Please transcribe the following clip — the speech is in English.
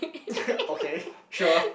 okay sure